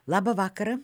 labą vakarą